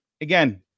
again